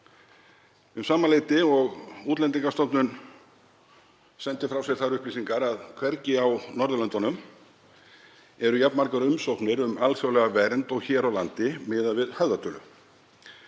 um sama leyti og Útlendingastofnun sendir frá sér þær upplýsingar að hvergi á Norðurlöndunum séu jafn margar umsóknir um alþjóðlega vernd og hér á landi miðað við höfðatölu.